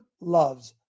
loves